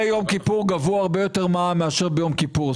יום כיפור גבו הרבה יותר מע"מ מביום כיפור.